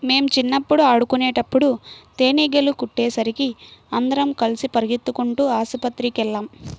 మేం చిన్నప్పుడు ఆడుకునేటప్పుడు తేనీగలు కుట్టేసరికి అందరం కలిసి పెరిగెత్తుకుంటూ ఆస్పత్రికెళ్ళాం